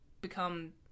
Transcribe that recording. become